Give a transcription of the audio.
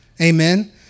Amen